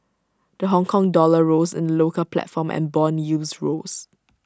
the Hongkong dollar rose in local platform and Bond yields rose